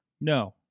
No